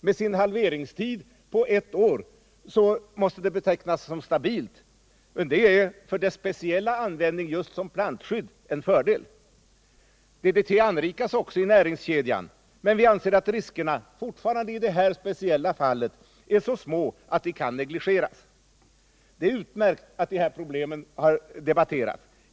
Med sin halveringstid på ett år måste DDT betecknas som stabilt, något som dock för dess speciella användning som plantskydd är en fördel. DDT anrikas också i näringskedjan, men vi anser att riskerna, fortfarande i det här speciella fallet, är så små att de kan negligeras. Det är utmärkt att de här problemen debatteras.